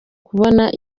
kubona